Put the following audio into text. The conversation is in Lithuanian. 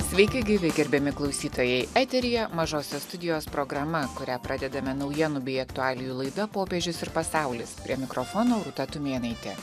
sveiki gyvi gerbiami klausytojai eteryje mažosios studijos programa kurią pradedame naujienų bei aktualijų laida popiežius ir pasaulis prie mikrofono rūta tumėnaitė